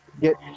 get